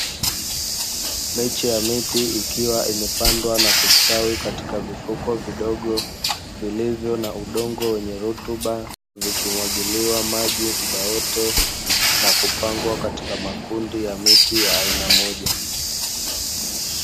Miche ya miti ikiwa imepandwa na kustawi katika vifuko vidogo, vilivyo na udongo wenye rutuba, vikimwagiliwa maji muda wote na kupangwa katika makundi ya miti ya aina moja.